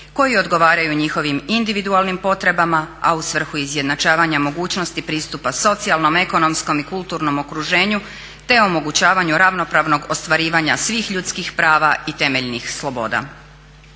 koji odgovaraju njihovim individualnim potrebama a u svrhu izjednačavanja mogućnosti pristupa socijalnom, ekonomskom i kulturnom okruženju te omogućavanju ravnopravnog ostvarivanja svih ljudskih prava i temeljnih sloboda.